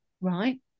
Right